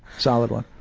solid one.